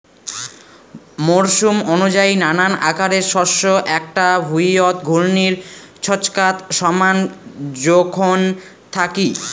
মরসুম অনুযায়ী নানান আকারের শস্য এ্যাকটা ভুঁইয়ত ঘূর্ণির ছচকাত সমান জোখন থাকি